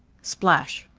splash.